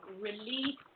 release